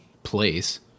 place